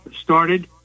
started